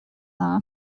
dda